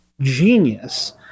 genius